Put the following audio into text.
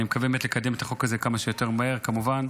אני מקווה לקדם את החוק הזה כמה שיותר מהר, כמובן,